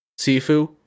Sifu